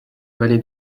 vallée